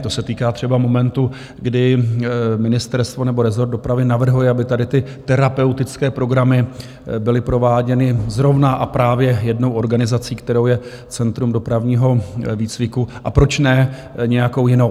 To se týká třeba momentu, kdy ministerstvo nebo rezort dopravy navrhuje, aby tady ty terapeutické programy byly prováděny zrovna a právě jednou organizací, kterou je Centrum dopravního výcviku, a proč ne nějakou jinou.